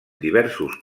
diversos